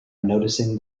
noticing